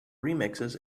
remixes